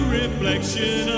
reflection